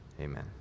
Amen